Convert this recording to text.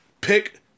pick